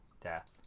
death